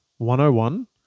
101